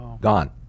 Gone